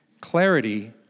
Clarity